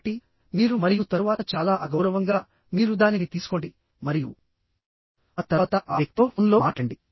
కాబట్టి మీరు మరియు తరువాత చాలా అగౌరవంగా మీరు దానిని తీసుకోండి మరియు ఆ తర్వాత ఆ వ్యక్తితో ఫోన్లో మాట్లాడండి